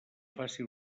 faci